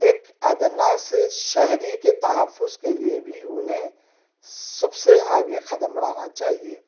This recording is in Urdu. ایک ادنیٰ سے شہری کے تحفظ کے لئے بھی انہیں سب سے آگے قدم بڑھانا چاہیے